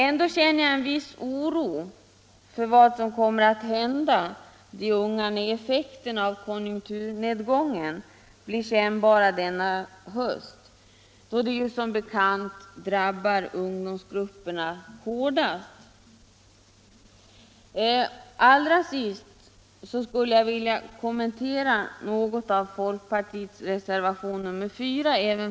Ändå känner jag en viss oro för vad som kommer att hända de unga, när effekten av konjunkturnedgången blir kännbar denna höst, eftersom en sådan nedgång som bekant drabbar ungdomsgrupperna hårdast. Till sist skulle jag något vilja kommentera folkpartiets reservation nr 4.